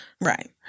Right